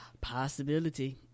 possibility